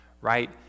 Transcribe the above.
right